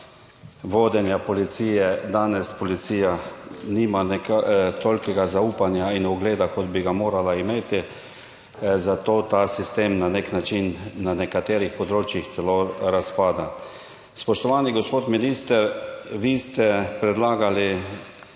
vodenja policije danes policija nima tolikega zaupanja in ugleda kot bi ga morala imeti, zato ta sistem na nek način na nekaterih področjih celo razpada. Spoštovani gospod minister, vi ste predlagali